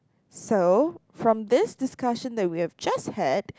so from this discussion that we have just had